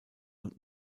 und